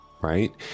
right